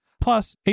Plus